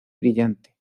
brillante